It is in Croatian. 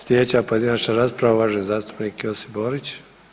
Slijedeća pojedinačna rasprava, uvaženi zastupnik Josip Borić.